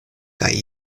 kaj